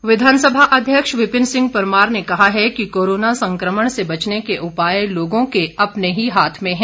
परमार विधानसभा अध्यक्ष विपिन सिंह परमार ने कहा है कि कोरोना संक्रमण से बचने के उपाय लोगों के अपने ही हाथ में है